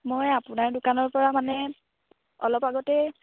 মই আপোনাৰ দোকানৰ পৰা মানে অলপ আগতে